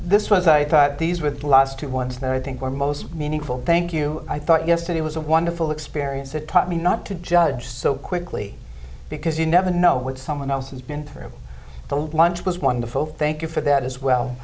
this was i thought these with the last two ones that i think are most meaningful thank you i thought yesterday was a wonderful experience it taught me not to judge so quickly because you never know what someone else has been through the lunch was wonderful thank you for that as well